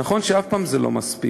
נכון שאף פעם זה לא מספיק,